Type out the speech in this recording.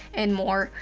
and more.